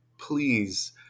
please